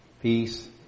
peace